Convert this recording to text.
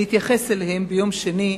אני אתייחס אליהם ביום שני,